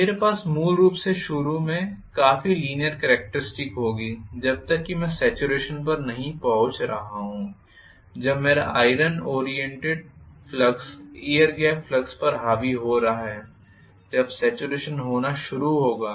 तो मेरे पास मूल रूप से शुरू में काफी लीनीयर कॅरेक्टरिस्टिक्स होंगी जब तक कि मैं सॅचुरेशन पर नहीं पहुँच रहा हूं जब मेरा iron oriented flux air gap flux पर हावी हो रहा है जब सॅचुरेशन होना शुरू होगा